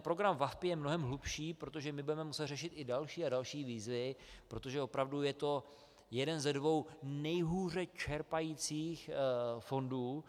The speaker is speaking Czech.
Program VaVpI je mnohem hlubší, protože my budeme muset řešit i další a další výzvy, protože opravdu je to jeden ze dvou nejhůře čerpajících fondů.